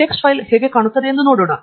text file ಹೇಗೆ ಕಾಣುತ್ತದೆ ಎಂದು ನೋಡೋಣ